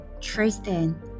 Tristan